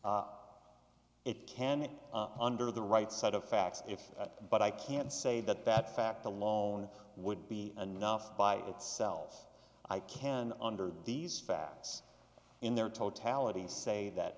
it can under the right set of facts if that but i can't say that that fact alone would be enough by itself i can under these facts in their totality say that